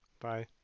Bye